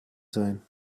sein